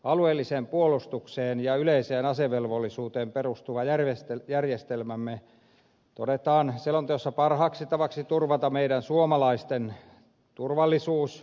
alueelliseen puolustukseen ja yleiseen asevelvollisuuteen perustuva järjestelmämme todetaan selonteossa parhaaksi tavaksi turvata meidän suomalaisten turvallisuus